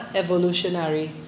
evolutionary